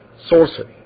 sorcery